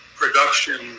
production